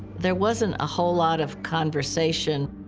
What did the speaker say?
there wasn't a whole lot of conversation,